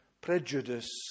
prejudice